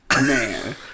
Man